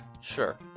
Sure